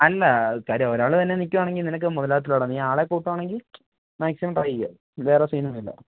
അല്ല കാര്യം ഒരാളുതന്നെ നിൽക്കുവാണെങ്കിൽ നിനക്ക് മുതലാവത്തില്ലട നീ ആളെ കൂട്ടുവാണെങ്കിൽ മാക്സിമം ട്രൈ ചെയ്യുക വേറെ സീൻ ഒന്നും ഇല്ല